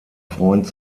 freund